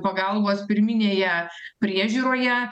pagalbos pirminėje priežiūroje